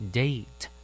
date